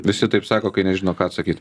visi taip sako kai nežino ką atsakyt